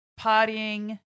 partying